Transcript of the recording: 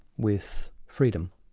with freedom.